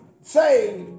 say